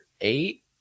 eight